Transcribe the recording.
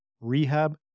rehab